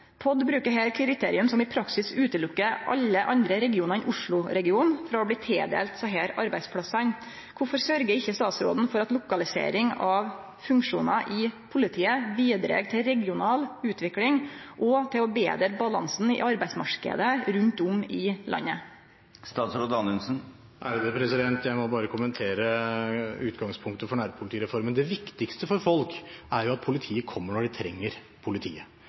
POD brukar her kriterium som i praksis ekskluderer alle andre regionar enn Oslo-regionen frå å bli tildelte desse arbeidsplassane. Kvifor sørgjer ikkje statsråden for at lokalisering av funksjonar i politiet bidreg til regional utvikling og til å betre balansen i arbeidsmarknaden rundt om i landet? Jeg må bare kommentere utgangspunktet for nærpolitireformen. Det viktigste for folk er jo at politiet kommer når de trenger